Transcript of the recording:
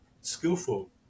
skillful